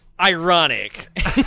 ironic